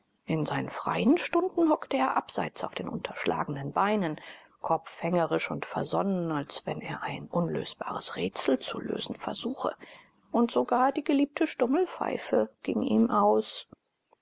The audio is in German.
in seinen freien stunden hockte er abseits auf den untergeschlagenen beinen kopfhängerisch und versonnen als wenn er ein unlösbares rätsel zu lösen versuche und sogar die geliebte stummelpfeife ging ihm aus